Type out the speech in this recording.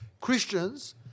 Christians